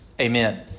Amen